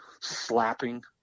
slapping